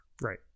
Right